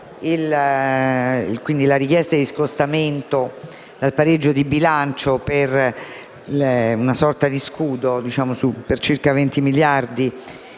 alla richiesta di scostamento dal pareggio di bilancio per una sorta di scudo, per circa 20 miliardi,